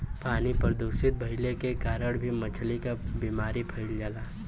पानी प्रदूषित भइले के कारण भी मछली क बीमारी फइल जाला